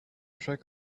track